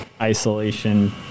isolation